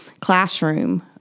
Classroom